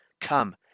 Come